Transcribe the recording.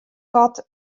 kat